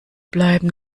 bleiben